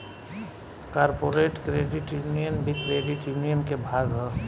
corporate credit union भी credit union के भाग ह